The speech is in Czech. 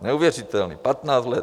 Neuvěřitelné, patnáct let.